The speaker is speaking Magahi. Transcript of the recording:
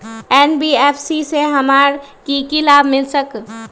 एन.बी.एफ.सी से हमार की की लाभ मिल सक?